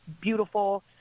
beautiful